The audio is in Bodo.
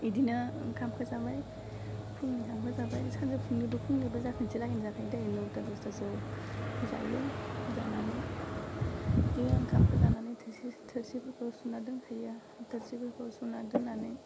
बिदिनो ओंखामखौ जाबाय फुंनिहाबो जाबाय सानजौफुनिबो फुंनिबो जाहा खनसे लालानो जाखायोदे नौथा दसथासोयाव जायो जानानै जि ओंखामखौ जानानै थोरसि थोरसिफोरखौ सुना दोनखायो थोरसिफोरखौ सुना दोन्नानै